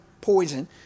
Poison